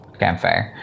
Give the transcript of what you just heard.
campfire